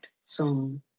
song